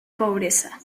pobreza